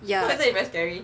yeah